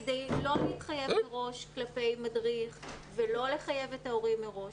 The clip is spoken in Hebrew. כדי לא להתחייב מראש למדריך ולא לחייב את ההורים מראש.